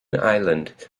island